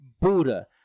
Buddha